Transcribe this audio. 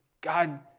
God